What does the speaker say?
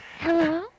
Hello